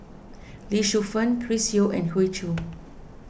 Lee Shu Fen Chris Yeo and Hoey Choo